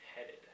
headed